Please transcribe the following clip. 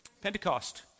Pentecost